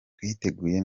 twiteguye